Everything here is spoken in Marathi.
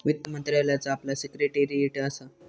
वित्त मंत्रालयाचा आपला सिक्रेटेरीयेट असा